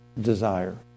desire